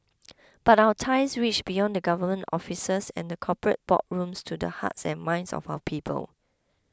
but our ties reach beyond the government offices and the corporate boardrooms to the hearts and minds of our people